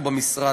אנחנו במשרד,